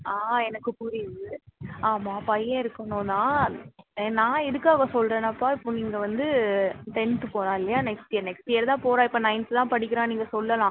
ஆ எனக்கு புரியுது ஆமாம் பையன் இருக்கணுன்னா நான் எதுக்காக சொல்லுறேன்னாப்பா இப்போ நீங்கள் வந்து டென்த்து போகறான் இல்லையா நெக்ஸ்ட் இயர் நெக்ஸ்ட் இயர் தான் போகறான் இப்போ நைன்த்து தான் படிக்கிறான் நீங்கள் சொல்லலாம்